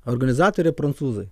organizatoriai prancūzai